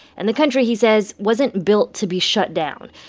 and the country, he says, wasn't built to be shut down.